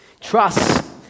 Trust